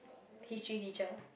History teacher